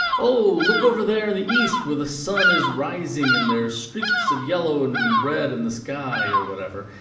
oh look over there in and the east, where the sun is rising and there are streaks of yellow and red in the sky or whatever.